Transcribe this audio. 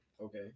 Okay